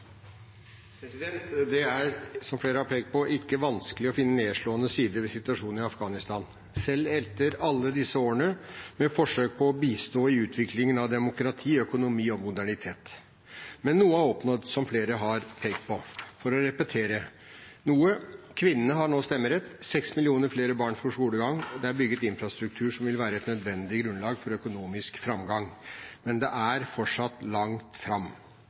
å bistå i utviklingen av demokrati, økonomi og modernitet. Men noe er oppnådd, som flere har pekt på. For å repetere noe: Kvinnene har nå stemmerett, seks millioner flere barn får skolegang, og det er bygd infrastruktur som vil være et nødvendig grunnlag for økonomisk framgang. Men det er fortsatt langt fram.